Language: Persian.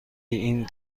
این